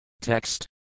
Text